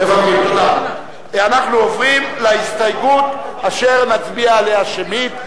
אנחנו עוברים להסתייגות אשר נצביע עליה שמית,